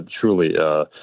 truly